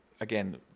again